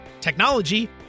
technology